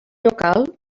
local